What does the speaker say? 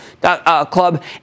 club